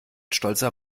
stolzer